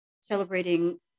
celebrating